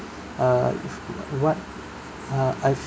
uh if what uh I've